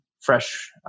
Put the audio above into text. fresh